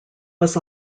was